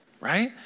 right